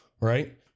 right